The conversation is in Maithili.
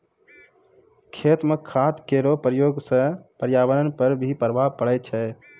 खेत म खाद केरो प्रयोग सँ पर्यावरण पर भी प्रभाव पड़ै छै